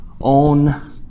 own